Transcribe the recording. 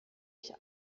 ich